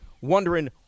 wondering